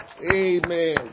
Amen